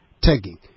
tagging